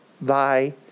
thy